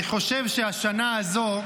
אני חושב שהשנה הזו,